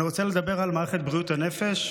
אני רוצה לדבר על מערכת בריאות הנפש,